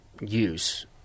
use